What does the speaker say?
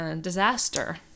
disaster